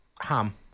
Ham